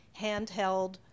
handheld